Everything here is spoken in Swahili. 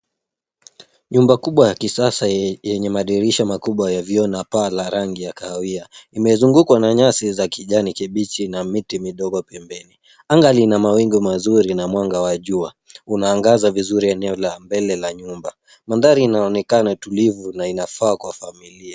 Nyumba kubwa ya kisasa yenye madirisha makubwa ya vioo na paa la rangi ya kahawia imezungukwa na nyasi ya kijani kibichi na miti midogo pembeni. Anga lina mawingu mazuri na mwanga wa jua unaangaza vizuri eneo la mbele la nyumba. Mandhari inaonekana tulivu na inafaa kwa familia.